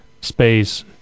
space